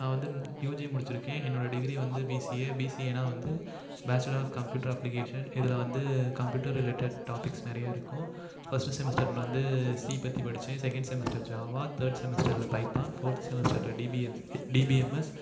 நான் வந்து யூஜி முடித்திருக்கேன் என்னோட டிகிரி வந்து பிசிஏ பிசிஏன்னால் வந்து பேச்சுலர் ஆஃப் கம்ப்யூட்டர் அப்ளிகேஷன் இதில் வந்து கம்ப்யூட்டர் ரிலேடட் டாப்பிக்ஸ் நிறையா இருக்கும் ஃபஸ்ட்டு செமெஸ்டரில் வந்து சி பற்றி படித்தேன் செகண்ட் செமெஸ்டர் ஜாவா தேர்ட் செமெஸ்டரில் Python fourth semester DBA DBMS